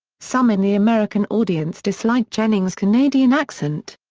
some in the american audience disliked jennings' canadian accent.